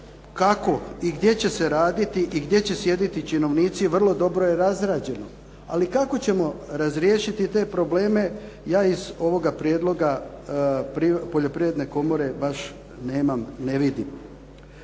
kako i gdje će se raditi i gdje će sjediti činovnici, vrlo dobro je razrađeno. Ali kako ćemo razriješiti te probleme, ja iz ovoga prijedloga Poljoprivredne komore ne vidim.